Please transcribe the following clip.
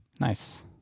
nice